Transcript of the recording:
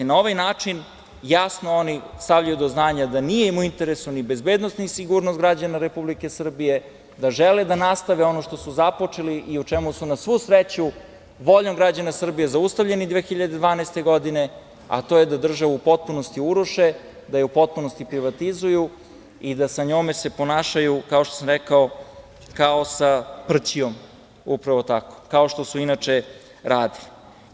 Na ovaj način jasno stavljaju do znanja da im nije u interesu ni bezbednosti, ni sigurnost građana Republike Srbije, da žele da nastave ono što su započeli i u čemu su na svu sreću, voljom građana Srbije zaustavljeni 2012. godine, a to je da državu u potpunosti uruše, da je u potpunosti privatizuju i da se sa njome ponašaju, kao što sam rekao, kao sa prćijom, upravo tako, kao što su inače radili.